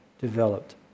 developed